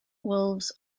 wolves